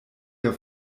der